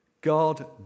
God